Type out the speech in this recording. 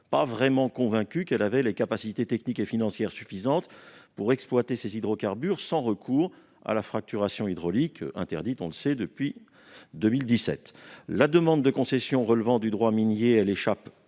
pas convaincu qu'elle avait les capacités techniques et financières suffisantes pour exploiter ces hydrocarbures sans recours à la fracturation hydraulique, interdite depuis 2017. La demande de concession relevant du droit minier, elle échappe